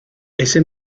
ese